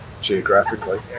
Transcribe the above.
geographically